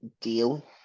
deal